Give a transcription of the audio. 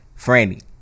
Franny